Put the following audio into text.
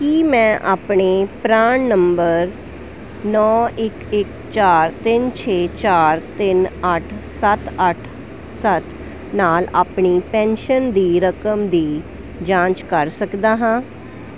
ਕੀ ਮੈਂ ਆਪਣੇ ਪਰਾਨ ਨੰਬਰ ਨੌਂ ਇੱਕ ਇੱਕ ਚਾਰ ਤਿੰਨ ਛੇ ਚਾਰ ਤਿੰਨ ਅੱਠ ਸੱਤ ਅੱਠ ਸੱਤ ਨਾਲ ਆਪਣੀ ਪੈਨਸ਼ਨ ਦੀ ਰਕਮ ਦੀ ਜਾਂਚ ਕਰ ਸਕਦਾ ਹਾਂ